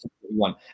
one